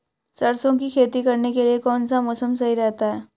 सरसों की खेती करने के लिए कौनसा मौसम सही रहता है?